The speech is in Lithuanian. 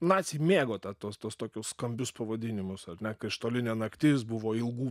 naciai mėgo tą tuos tuos tokius skambius pavadinimus ar ne krištolinė naktis buvo ilgų